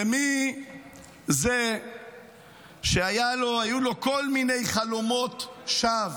ומי זה שהיו לו כל מיני חלומות שווא